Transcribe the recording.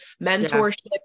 mentorship